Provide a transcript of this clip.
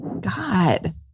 God